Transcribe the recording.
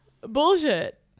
Bullshit